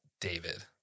david